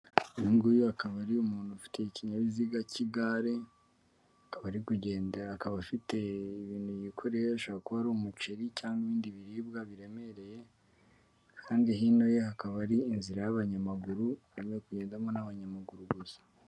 Uyunguyu akaba ari umuntu ufite ikinyabiziga cy'igare abari kugenda akaba afite ibintu yikoresha kuba ari umuceri cyangwa ibindi biribwa biremereye kandi hinoy hakaba ari inzira y'abanyamaguru yo kugendamo n'abanyamaguru gusa.